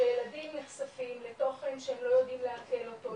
שילדים נחשפים לתוכן שהם לא יודעים לעכל אותו,